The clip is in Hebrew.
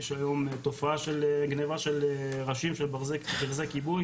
יש היום תופעה של גניבה של ראשים של ברזי כיבוי,